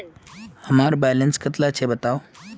हमार बैलेंस कतला छेबताउ?